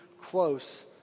close